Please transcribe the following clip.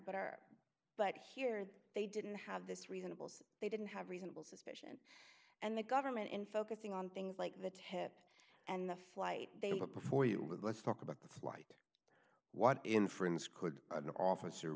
but our but here they didn't have this reasonable they didn't have reasonable suspicion and the government in focusing on things like the tip and the flight they look before you with let's talk about the flight what inference could an officer